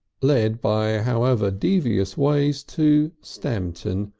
led by however devious ways to stamton,